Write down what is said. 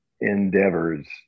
endeavors